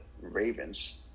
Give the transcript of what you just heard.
Ravens